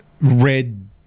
red